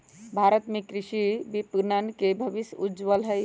भारत में कृषि विपणन के भविष्य उज्ज्वल हई